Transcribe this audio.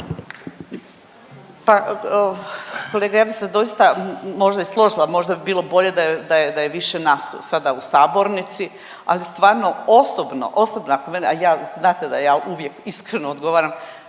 Pa, kolega ja bi se doista možda i složila, možda bi bilo bolje da je, da je, da je više nas sada u sabornici, ali stvarno osobno, osobno ako mene, a ja znate da ja uvijek iskreno odgovaram,